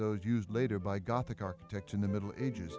those used later by gothic architect in the middle ages